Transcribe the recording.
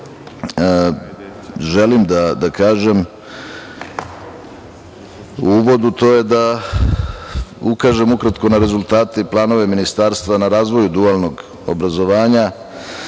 želim da kažem u uvodu, to je da ukažem ukratko na rezultate i planove Ministarstva na razvoju dualnog obrazovanja,